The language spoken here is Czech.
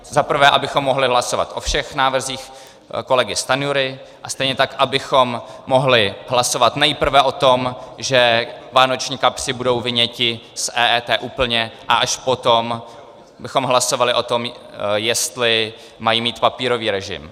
Za prvé abychom mohli hlasovat o všech návrzích kolegy Stanjury a stejně tak abychom mohli hlasovat nejprve o tom, že vánoční kapři budou vyňati z EET úplně, a až potom bychom hlasovali o tom, jestli mají mít papírový režim.